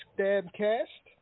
Stabcast